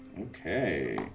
Okay